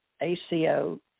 ACO